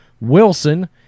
Wilson